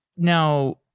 now,